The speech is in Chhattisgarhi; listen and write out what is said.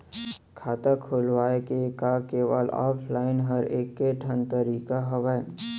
खाता खोलवाय के का केवल ऑफलाइन हर ऐकेठन तरीका हवय?